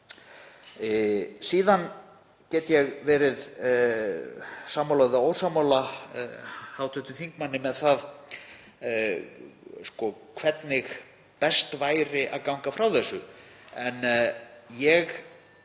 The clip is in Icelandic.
Síðan get ég verið sammála eða ósammála hv. þingmanni um það hvernig best væri að ganga frá þessu.